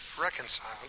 reconciled